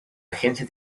agencia